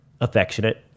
affectionate